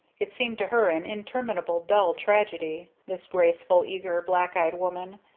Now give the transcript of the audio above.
it seemed to her an interminable dull tragedy this graceful, eager, black-eyed woman,